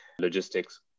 logistics